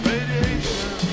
Radiation